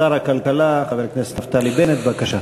שר הכלכלה חבר הכנסת נפתלי בנט, בבקשה.